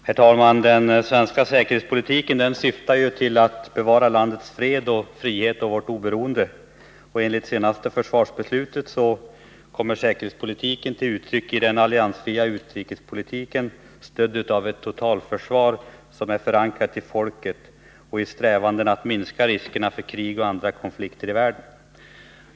Herr talman! Den svenska säkerhetspolitiken syftar till att bevara landets fred, frihet och oberoende. Enligt senaste försvarsbeslut kommer säkerhetspolitiken till uttryck i den alliansfria utrikespolitiken. stödd av ett totalförsvar som är förankrat i folket och i strävandena att minska riskerna för krig och andra konflikter i världen.